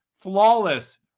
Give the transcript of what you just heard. flawless